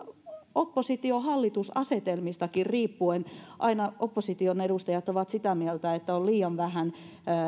oppositio hallitus asetelmistakin riippuen aina opposition edustajat ovat sitä mieltä että on liian vähän